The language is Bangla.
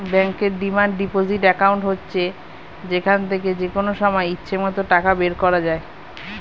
ব্যাংকের ডিমান্ড ডিপোজিট অ্যাকাউন্ট হচ্ছে যেখান থেকে যেকনো সময় ইচ্ছে মত টাকা বের করা যায়